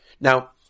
Now